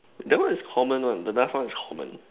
that one is common one the left one is common